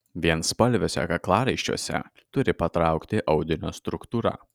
vienspalviuose kaklaraiščiuose turi patraukti audinio struktūra